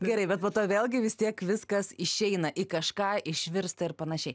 gerai bet po to vėlgi vis tiek viskas išeina į kažką išvirsta ir panašiai